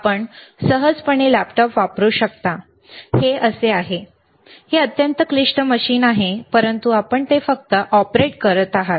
आपण सहजपणे लॅपटॉप वापरू शकता हे असे आहे हे अत्यंत क्लिष्ट मशीन आहे परंतु आपण ते फक्त ऑपरेट करत आहात